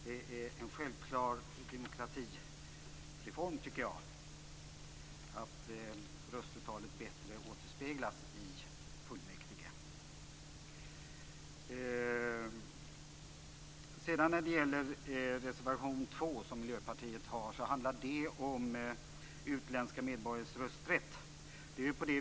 Det är en självklar demokratireform att se till att röstetalet bättre återspeglas i fullmäktige. Reservation 2 av Miljöpartiet handlar om utländska medborgares rösträtt.